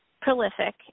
prolific